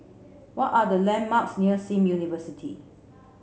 what are the landmarks near Sim University